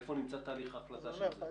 איפה נמצא תהליך ההחלטה של זה?